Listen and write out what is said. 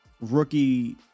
rookie